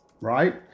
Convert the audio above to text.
right